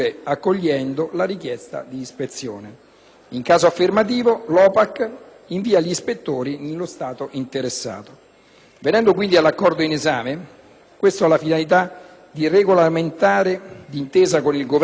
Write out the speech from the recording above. Venendo, quindi, all'Accordo in esame, questo ha la finalità di regolamentare, d'intesa con il Governo degli Stati Uniti d'America, lo svolgimento delle attività ispettive in territorio italiano nel caso che uno Stato parte terzo